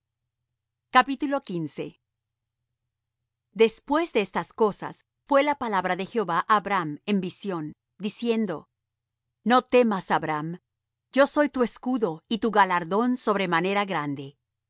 su parte después de estas cosas fué la palabra de jehová á abram en visión diciendo no temas abram yo soy tu escudo y tu galardón sobremanera grande